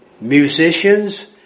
musicians